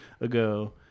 ago